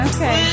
Okay